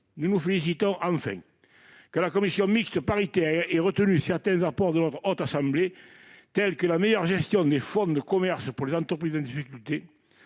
nous nous félicitons que la commission mixte paritaire ait retenu certains apports de la Haute Assemblée, comme la meilleure gestion des fonds de commerce pour les entreprises en difficulté,